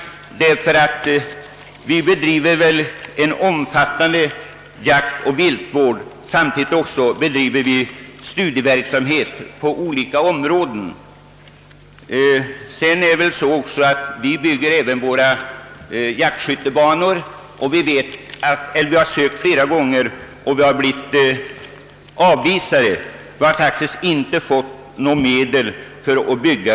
Vi bedriver en omfattande jaktoch viltvård, och vi bedriver samtidigt studieverksamhet på olika områden. Dessutom bygger även vi jaktskyttebanor, men för detta ändamål har vi inte fått de medel som vi ansökt om.